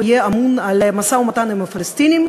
יהיה אמון על המשא-ומתן עם הפלסטינים,